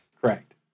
Correct